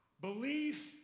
belief